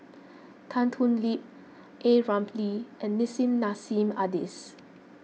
Tan Thoon Lip A Ramli and Nissim Nassim Adis